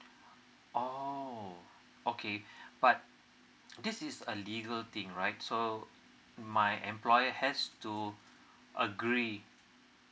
oh okay but this is a legal thing right so my employer has to agree